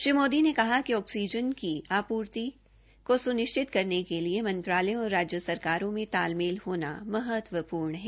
श्री मोदी ने कहा कि ऑक्सीजन की आवश्यक आपूर्ति को स्निश्चित करने के लिए मंत्रालयों और राज्य सरकारों मे तालमेल होना महत्वपूर्ण है